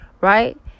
right